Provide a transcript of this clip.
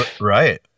Right